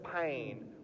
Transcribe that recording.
pain